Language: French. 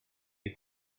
des